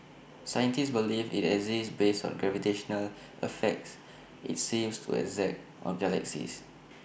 scientists believe IT exists based on gravitational effects IT seems to exert on galaxies